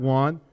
one